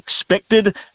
expected